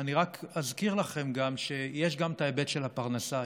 אני רק אזכיר לכם שיש גם ההיבט של הפרנסה.